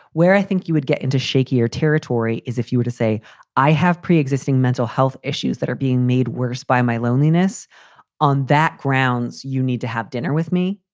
where i think you would get into shakier territory is if you were to say i have pre-existing mental health issues that are being made worse by my loneliness on that grounds. you need to have dinner with me.